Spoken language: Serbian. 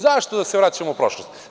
Zašto da se vraćamo u prošlost?